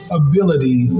ability